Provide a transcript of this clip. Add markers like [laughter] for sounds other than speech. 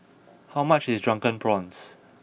[noise] how much is Drunken Prawns